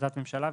בהחלטת ממשלה.